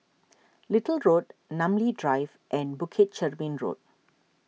Little Road Namly Drive and Bukit Chermin Road